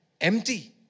Empty